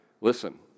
Listen